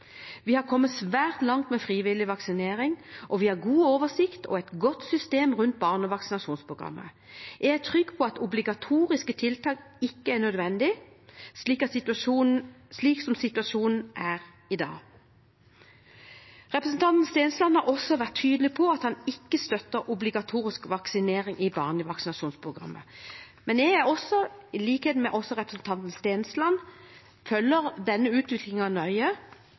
Vi har kommet svært langt med frivillig vaksinering, og vi har god oversikt over og et godt system rundt barnevaksinasjonsprogrammet. Jeg er trygg på at obligatoriske tiltak ikke er nødvendig, slik situasjonen er i dag. Representanten Stensland har også vært tydelig på at han ikke støtter obligatorisk vaksinering i barnevaksinasjonsprogrammet. Men jeg, i likhet med representanten Stensland, følger denne utviklingen nøye